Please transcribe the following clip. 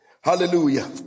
hallelujah